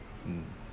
mm